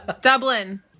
Dublin